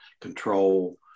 control